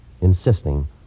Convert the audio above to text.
insisting